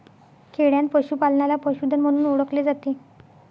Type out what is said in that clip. खेडयांत पशूपालनाला पशुधन म्हणून ओळखले जाते